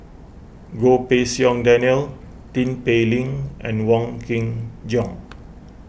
Goh Pei Siong Daniel Tin Pei Ling and Wong Kin Jong